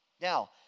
Now